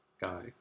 guy